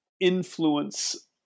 influence